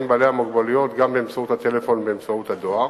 בעלי המוגבלות גם באמצעות הטלפון ובאמצעות הדואר.